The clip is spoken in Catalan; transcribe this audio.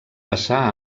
passar